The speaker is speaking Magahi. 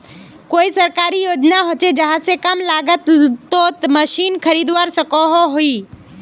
कोई सरकारी योजना होचे जहा से कम लागत तोत मशीन खरीदवार सकोहो ही?